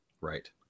Right